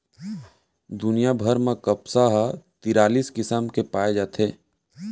दुनिया भर म कपसा ह तिरालिस किसम के पाए जाथे